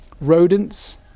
rodents